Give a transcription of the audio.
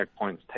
checkpoints